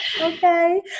Okay